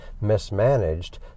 mismanaged